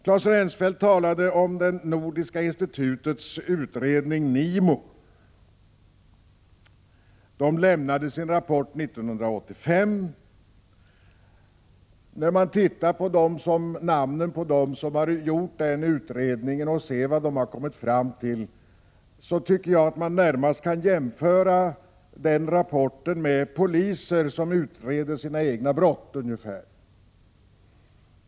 Claes Rensfeldt talade om Nordiska institutets för odontologisk materialprovning, NIOM:s, utredning. NIOM lämnade sin rapport 1985. När man ser på vilka som gjort utredningen och vad den har kommit fram till kan man närmast jämföra rapporten med en utredning som poliser har gjort om sina egna brott.